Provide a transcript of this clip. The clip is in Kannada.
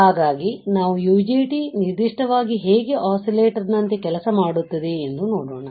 ಹಾಗಾಗಿ ನಾವು UJT ನಿರ್ದಿಷ್ಟವಾಗಿ ಹೇಗೆ ಒಸ್ಸಿಲೇಟರ್ನಂತೆ ಕೆಲಸ ಮಾಡುತ್ತದೆ ಎಂದು ನೋಡೋಣ